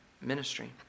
ministry